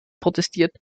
protestiert